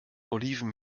oliven